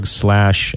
slash